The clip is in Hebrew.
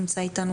נמצא אתנו